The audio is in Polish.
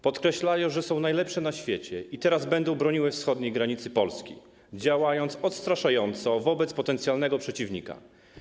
Podkreślają, że są najlepsze na świecie i teraz będą broniły wschodniej granicy Polski, działając odstraszająco wobec potencjalnego przeciwnika.